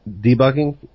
debugging